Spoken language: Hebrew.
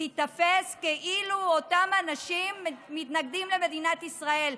תיתפס כאילו אותם אנשים מתנגדים למדינת ישראל.